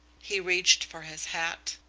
he reached for his hat.